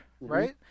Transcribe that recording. right